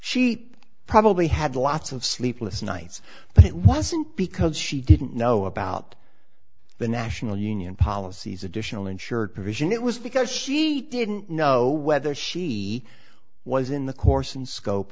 she probably had lots of sleepless nights but it wasn't because she didn't know about the national union policies additional insured provision it was because she didn't know whether she was in the course and scope